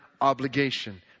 obligation